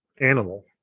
animal